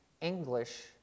English